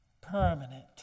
Permanent